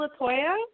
Latoya